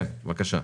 כן בבקשה.